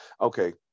okay